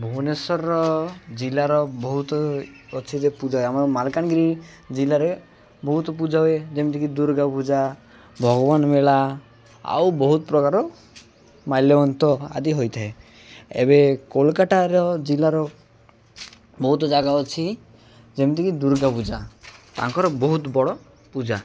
ଭୁବନେଶ୍ୱରର ଜିଲ୍ଲାର ବହୁତ ଅଛି ଯେ ପୂଜା ଆମର ମାଲକାନଗିରି ଜିଲ୍ଲାରେ ବହୁତ ପୂଜା ହୁଏ ଯେମିତିକି ଦୁର୍ଗା ପୂଜା ଭଗବାନ ମେଳା ଆଉ ବହୁତ ପ୍ରକାର ମାଲ୍ୟବନ୍ତ ଆଦି ହୋଇଥାଏ ଏବେ କୋଲକତାର ଜିଲ୍ଲାର ବହୁତ ଜାଗା ଅଛି ଯେମିତିକି ଦୁର୍ଗା ପୂଜା ତାଙ୍କର ବହୁତ ବଡ଼ ପୂଜା